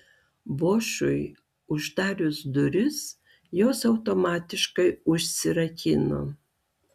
bošui uždarius duris jos automatiškai užsirakino